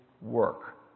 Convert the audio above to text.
work